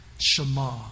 Shema